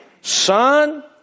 Son